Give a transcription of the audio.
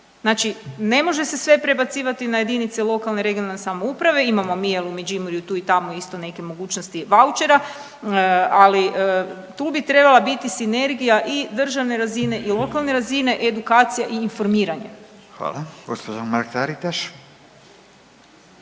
Znači ne može se sve prebacivati na jedinice lokalne i regionalne samouprave, imamo mi u Međimurju tu i tamo isto neke mogućnosti vaučera, ali tu bi trebala biti sinergija i državne razine i lokalne razine, edukacija i informiranje. **Radin, Furio